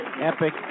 Epic